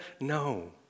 No